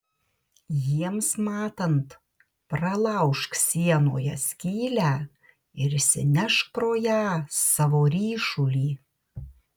jiems matant pralaužk sienoje skylę ir išsinešk pro ją savo ryšulį